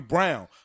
Brown